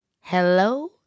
hello